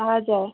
हजुर